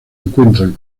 encuentran